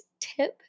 tip